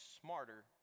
smarter